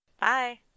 Bye